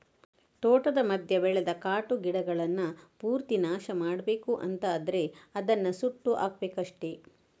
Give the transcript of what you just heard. ತೋಟದ ಮಧ್ಯ ಬೆಳೆದ ಕಾಟು ಗಿಡಗಳನ್ನ ಪೂರ್ತಿ ನಾಶ ಮಾಡ್ಬೇಕು ಅಂತ ಆದ್ರೆ ಅದನ್ನ ಸುಟ್ಟು ಹಾಕ್ಬೇಕಷ್ಟೆ